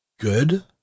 good